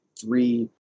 three